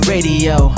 Radio